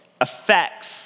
affects